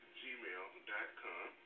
gmail.com